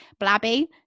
blabby